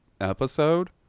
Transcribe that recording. episode